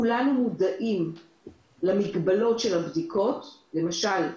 כולנו מודעים למגבלות של הבדיקות למשל,